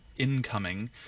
incoming